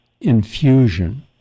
infusion